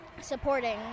supporting